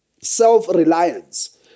self-reliance